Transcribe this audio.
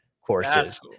courses